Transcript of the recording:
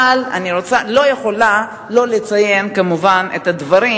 אבל אני לא יכולה לא לציין כמובן את הדברים